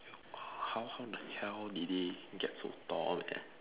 how how the hell did they get so tall and